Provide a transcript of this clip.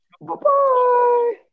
Bye-bye